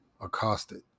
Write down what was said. accosted